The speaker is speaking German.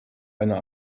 eine